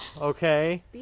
Okay